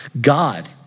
God